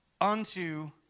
unto